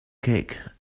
cake